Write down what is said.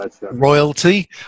royalty